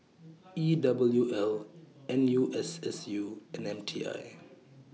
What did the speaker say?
E W L N U S S U and M T I